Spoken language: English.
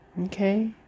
Okay